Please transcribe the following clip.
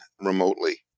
remotely